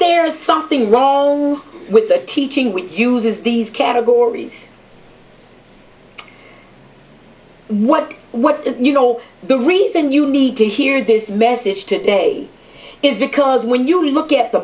there is something wrong with the teaching which uses these categories what what you know the reason you need to hear this message today is because when you look at the